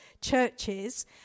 churches